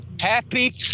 Happy